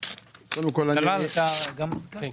אתמול היה פה הנגיד.